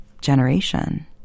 generation